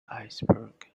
iceberg